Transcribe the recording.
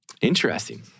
Interesting